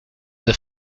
the